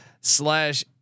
slash